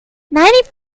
ninety